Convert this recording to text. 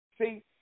See